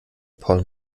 paul